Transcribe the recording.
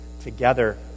together